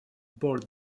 bore